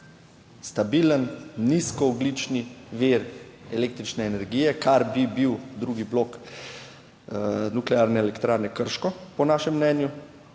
stabilen nizkoogljični vir električne energije, kar bi bil drugi blok Nuklearne elektrarne Krško po našem mnenju